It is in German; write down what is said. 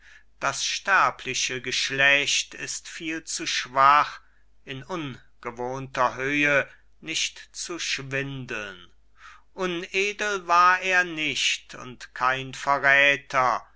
das sterbliche geschlecht ist viel zu schwach in ungewohnter höhe nicht zu schwindeln unedel war er nicht und kein verräther